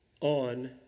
on